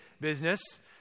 business